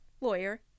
lawyer